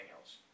else